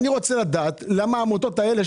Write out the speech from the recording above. אני רוצה לדעת למה העמותות האלה,